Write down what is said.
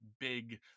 big